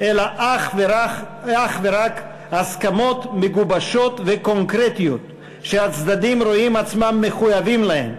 אלא אך ורק הסכמות מגובשות וקונקרטיות שהצדדים רואים עצמם מחויבים להן,